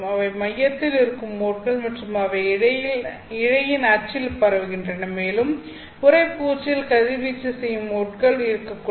அவை மையத்தில் இருக்கும் மோட்கள் மற்றும் அவை இழையின் அச்சில் பரவுகின்றன மேலும் உறைப்பூச்சில் கதிர்வீச்சு செய்யும் மோட்கள் இருக்கக்கூடும்